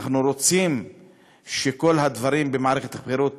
אנחנו רוצים שכל הדברים במערכת הבחירות